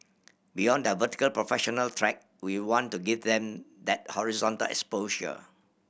beyond their vertical professional track we want to give them that horizontal exposure